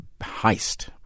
heist